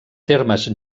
termes